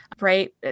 Right